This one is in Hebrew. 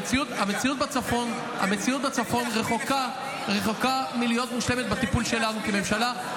המציאות בצפון רחוקה מלהיות מושלמת בטיפול שלנו כממשלה,